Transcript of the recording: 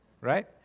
Right